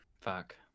fuck